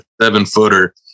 seven-footer